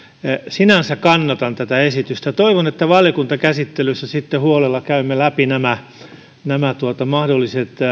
sinänsä kannatan tätä esitystä toivon että valiokuntakäsittelyssä sitten huolella käymme läpi mahdolliset